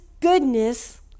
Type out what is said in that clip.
goodness